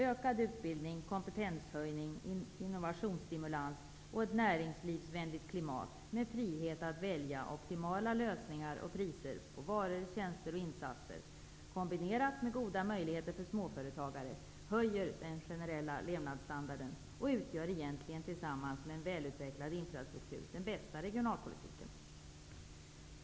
Ökad utbildning, kompetenshöjning, innovationsstimulans och ett näringslivsvänligt klimat med frihet att välja optimala lösningar och priser på varor, tjänster och insatser, kombinerat med goda möjligheter för småföretagare, höjer den generella levnadsstandarden och utgör egentligen tillsammans med en välutvecklad infrastruktur den bästa regionalpolitiken.